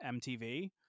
MTV